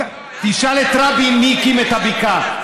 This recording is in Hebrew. תשאל את רבין מי הקים את הבקעה.